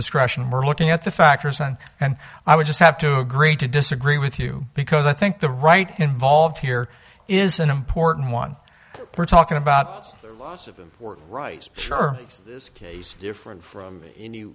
discretion we're looking at the factors on and i would just have to agree to disagree with you because i think the right involved here is an important one we're talking about right sure different from